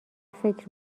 فکر